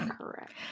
Correct